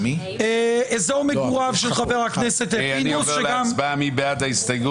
אזור מגוריו של חבר הכנסת פינדרוס --- נצביע על הסתייגות 229. מי בעד?